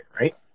right